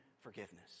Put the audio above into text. forgiveness